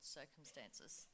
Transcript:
circumstances